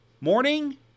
Morning